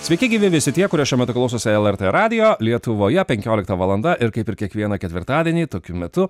sveiki gyvi visi tie kurie šiuo metu klausosi lrt radijo lietuvoje penkiolikta valanda ir kaip ir kiekvieną ketvirtadienį tokiu metu